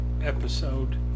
episode